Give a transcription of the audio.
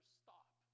stop